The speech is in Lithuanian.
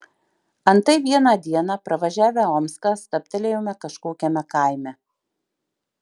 antai vieną dieną pravažiavę omską stabtelėjome kažkokiame kaime